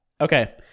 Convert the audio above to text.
Okay